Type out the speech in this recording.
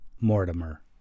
Mortimer